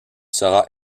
sera